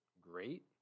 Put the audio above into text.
great